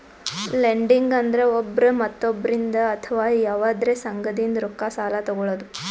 lending ಅಂದ್ರ ಒಬ್ರ್ ಮತ್ತೊಬ್ಬರಿಂದ್ ಅಥವಾ ಯವಾದ್ರೆ ಸಂಘದಿಂದ್ ರೊಕ್ಕ ಸಾಲಾ ತೊಗಳದು